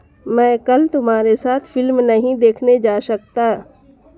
मैं कल तुम्हारे साथ फिल्म नहीं देखने जा सकता